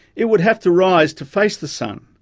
it would have to rise to face the sun,